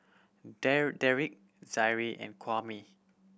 Dedric Zaire and Kwame